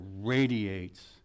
radiates